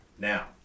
Now